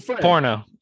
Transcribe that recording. porno